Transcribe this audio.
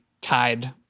tied